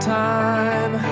time